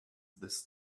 this